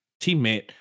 teammate